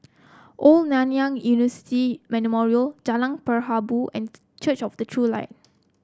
Old Nanyang Memorial Jalan Perahu and Church of the True Light